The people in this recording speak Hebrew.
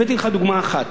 הבאתי לך דוגמה אחת,